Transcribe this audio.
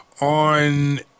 on